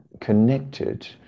connected